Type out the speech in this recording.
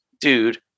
dude